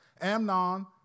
Amnon